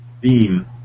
theme